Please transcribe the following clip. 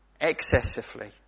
excessively